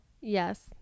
yes